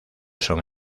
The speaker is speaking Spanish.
son